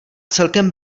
celkem